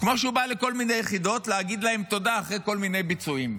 כמו שהוא בא לכל מיני יחידות להגיד להן תודה אחרי כל מיני ביצועים.